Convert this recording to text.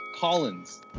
Collins